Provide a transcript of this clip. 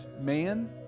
man